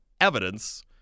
evidence